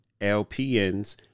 LPNs